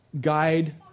guide